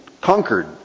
conquered